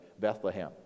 bethlehem